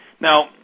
Now